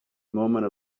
moment